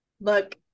Look